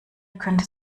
könnte